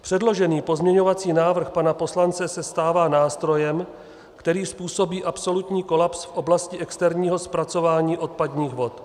Předložený pozměňovací návrh pana poslance se stává nástrojem, který způsobí absolutní kolaps v oblasti externího zpracování odpadních vod.